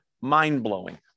Mind-blowing